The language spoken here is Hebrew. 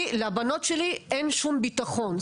לבנות שלי אין שום ביטחון.